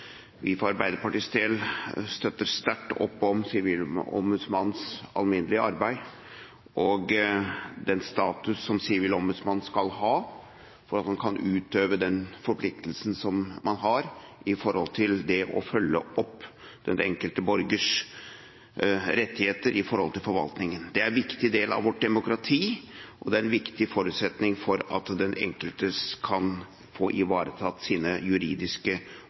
vi for Arbeiderpartiets del støtter sterkt opp om Sivilombudsmannens alminnelige arbeid og den status som Sivilombudsmannen skal ha for at man kan utøve den forpliktelsen som man har med hensyn til det å følge opp den enkelte borgers rettigheter i forhold til forvaltningen. Det er en viktig del av vårt demokrati, og det er en viktig forutsetning for at den enkelte kan få ivaretatt sine juridiske